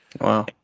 Wow